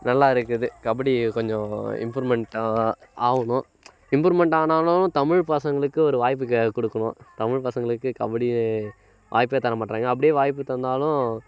நல்லா இருக்குது கபடி கொஞ்சம் இம்ப்ரூவ்மெண்ட்டாக ஆகணும் இம்ப்ரூவ்மெண்ட் ஆனாலும் தமிழ் பசங்களுக்கு ஒரு வாய்ப்பு கொடுக்கணும் தமிழ் பசங்களுக்கு கபடி வாய்ப்பே தர மாட்றாங்க அப்படியே வாய்ப்பு தந்தாலும்